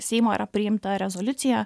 seimo yra priimta rezoliucija